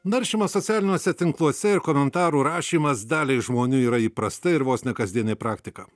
naršymas socialiniuose tinkluose ir komentarų rašymas daliai žmonių yra įprasta ir vos ne kasdienė praktika